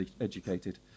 educated